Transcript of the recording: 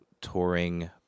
touring